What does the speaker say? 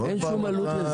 עוד פעם אתה,